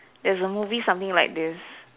there is a movie something like this